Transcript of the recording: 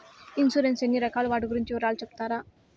Insurance ఎన్ని రకాలు వాటి గురించి వివరాలు సెప్తారా?